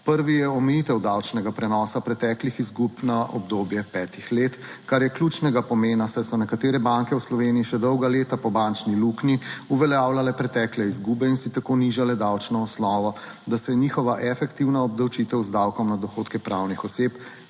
Prvi je omejitev davčnega prenosa preteklih izgub na obdobje petih let, kar je ključnega pomena, saj so nekatere banke v Sloveniji še dolga leta po bančni luknji uveljavljale pretekle izgube in si tako nižale davčno osnovo, da se je njihova efektivna obdavčitev z davkom na dohodke pravnih oseb